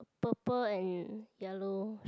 purple and yellow